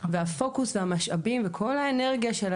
כל הנושא החשוב הזה.